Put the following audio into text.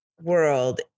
world